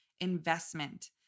investment